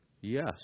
Yes